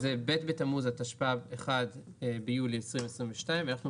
ב׳ בתמוז התשפ״ב (1 ביולי 2022)״. וכאן בעצם אתם מבקשים לשנות את התאריך.